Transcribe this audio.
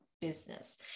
business